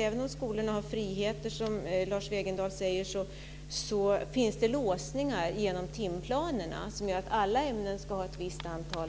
Även om skolorna har friheter, som Lars Wegendal säger, finns det låsningar genom timplanerna som innebär att alla ämnen ska ha ett visst antal